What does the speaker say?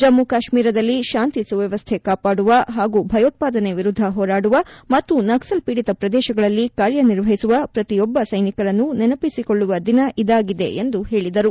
ಜಮ್ಮ ಕಾಶ್ಮೀರದಲ್ಲಿ ಶಾಂತಿ ಸುವ್ಭವಸ್ಥೆ ಕಾಪಾಡುವ ಹಾಗೂ ಭಯೋತ್ವಾದನೆ ವಿರುದ್ಧ ಹೋರಾಡುವ ಮತ್ತು ನಕ್ಸಲ್ ಪೀಡಿತ ಪ್ರದೇಶಗಳಲ್ಲಿ ಕಾರ್ಯನಿರ್ವಹಿಸುವ ಪ್ರತಿಯೊಬ್ಬ ಸೈನಿಕರನ್ನು ನೆನಪಿಸಿಕೊಳ್ಳುವ ದಿನ ಇದಾಗಿದೆ ಎಂದು ಹೇಳಿದರು